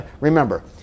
remember